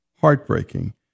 Heartbreaking